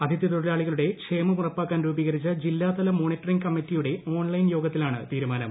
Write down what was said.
അതിഥി തൊഴിലാളികളുടെ ക്ഷേമം ഉറപ്പാക്കാൻ രൂപീകരിച്ച ജില്ലാതല മോണിറ്ററിംഗ് കമ്മറ്റിയുടെ ഓൺലൈൻ യോഗത്തിലാണ് തീരുമാനം